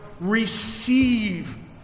receive